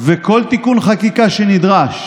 וכל תיקון חקיקה שנדרש